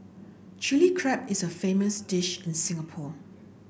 Chilli Crab is a famous dish in Singapore